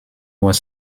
was